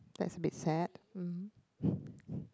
that's a bit sad